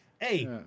hey